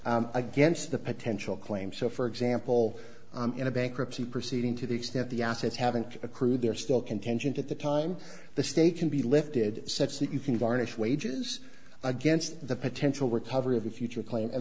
against the potential claim so for example in a bankruptcy proceeding to the extent the assets haven't accrued they are still contingent at the time the state can be lifted such that you can varnish wages against the potential recovery of the future claim and